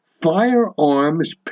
firearms